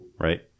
right